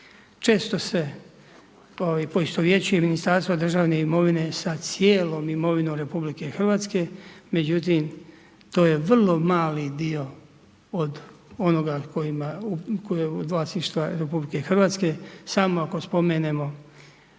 Često se poistovjećuje ministarstvo državne imovine sa cijelom imovinom RH, međutim to je vrlo mali dio od onoga koji je od vas išta RH samo ako spomenemo